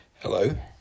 Hello